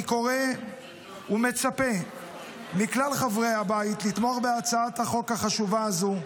אני קורא ומצפה מכלל חברי הבית לתמוך בהצעת החוק החשובה הזו,